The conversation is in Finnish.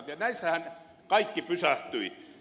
näissähän kaikki pysähtyi